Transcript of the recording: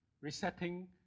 resetting